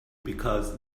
because